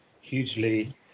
hugely